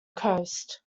coast